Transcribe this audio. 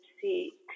see